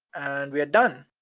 and we're done,